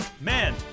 Man